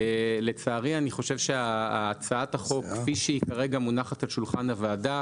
לצערי אני חושב שהצעת החוק כפי שהיא כרגע מונחת על שולחן הוועדה,